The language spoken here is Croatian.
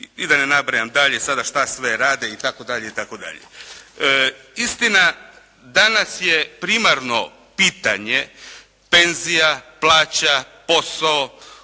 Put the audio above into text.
i da ne nabrajam dalje sada šta sve rade itd. itd. Istina danas je primarno pitanje penzija, plaća, posao,